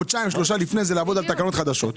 חודשים-שלושה לפני כן לעבוד על תקנות חדשות.